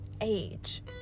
Age